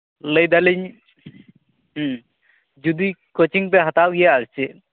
ᱞᱟᱹᱭᱫᱟᱞᱤᱧ ᱡᱩᱫᱤ ᱠᱳᱪᱤᱝ ᱯᱮ ᱦᱟᱛᱟᱣ ᱜᱮᱭᱟ ᱟᱨ ᱪᱮᱫ